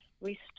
Restore